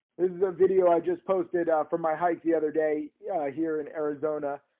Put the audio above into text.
is a video i just posted for my hike the other day yeah here in arizona.